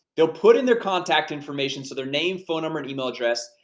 they'll put in their contact information, so their name, phone number, and email address.